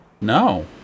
No